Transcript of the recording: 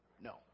no